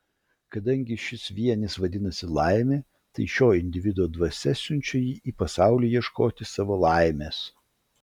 kadangi šis vienis vadinasi laimė tai šio individo dvasia siunčia jį į pasaulį ieškoti savo laimės